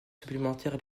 supplémentaires